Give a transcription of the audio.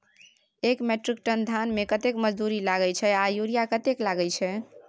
एक metric ton धान में कतेक मजदूरी लागे छै आर यूरिया कतेक लागे छै?